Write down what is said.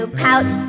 pout